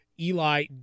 Eli